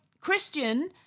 Christian